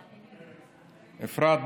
אפרת,